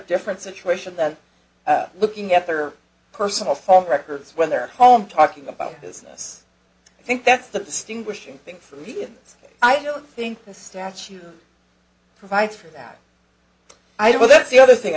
different situation than looking at their personal phone records when they're home talking about business i think that's the distinguishing thing for me and i don't think the statute provides for that i do well that's the other thing